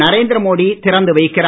நரேந்திர மோடி திறந்து வைக்கிறார்